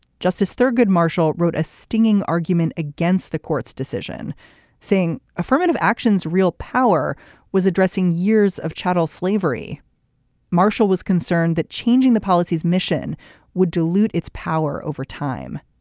justice thurgood marshall wrote a stinging argument against the court's decision saying affirmative action's real power addressing years of chattel slavery marshall was concerned that changing the policy's mission would dilute its power over time.